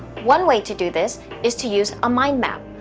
one way to do this is to use a mind map.